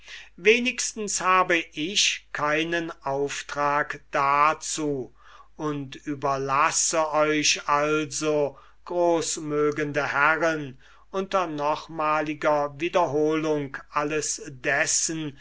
wenigstens habe ich keine instruction dazu und überlasse euch also großmögende herren unter nochmaliger wiederholung alles dessen